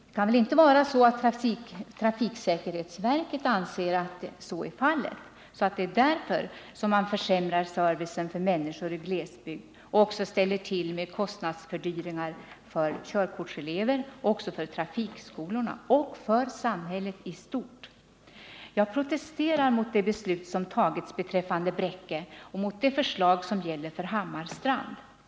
Det kan väl inte vara så att trafiksäkerhetsverket anser att så är fallet och att det är därför man nu försämrar servicen för människor i glesbygd och också ställer till med kostnadsfördyringar för körkortselever, för trafikskolor och för samhället i stort? Jag protesterar mot det beslut som fattats beträffande Bräcke och mot det förslag som gäller för Hammarstrand.